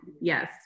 Yes